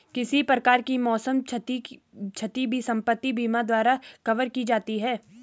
किसी प्रकार की मौसम क्षति भी संपत्ति बीमा द्वारा कवर की जाती है